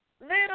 Little